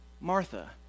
Martha